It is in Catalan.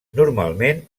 normalment